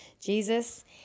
Jesus